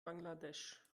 bangladesch